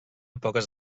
poques